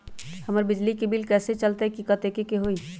हमर बिजली के बिल कैसे पता चलतै की कतेइक के होई?